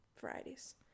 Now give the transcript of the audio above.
varieties